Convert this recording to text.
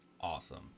awesome